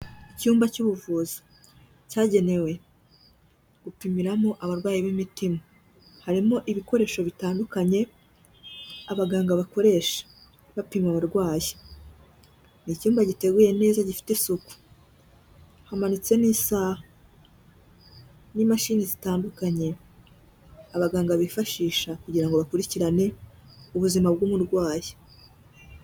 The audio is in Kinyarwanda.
Icyumba cy'ubuvuzi cyagenewe gupimiramo abarwayi b'imitima, harimo ibikoresho bitandukanye abaganga bakoresha bapima abarwayi, ni icyumba giteguye neza gifite isuku, hamanitse n'isaaha, n'imashini zitandukanye abaganga bifashisha kugirango ngo bakurikirane ubuzima bw'umurwayi.